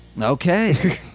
Okay